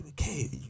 okay